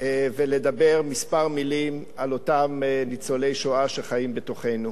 ולדבר כמה מלים על אותם ניצולי השואה שחיים בתוכנו.